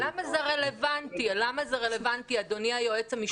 למה זה רלוונטי, אדוני היועץ המשפטי?